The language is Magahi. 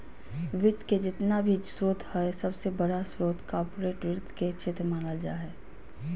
वित्त के जेतना भी स्रोत हय सबसे बडा स्रोत कार्पोरेट वित्त के क्षेत्र मानल जा हय